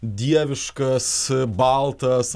dieviškas baltas